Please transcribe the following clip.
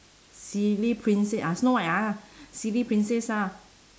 silly prince~ ah snow white ah silly princess ah